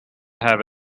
have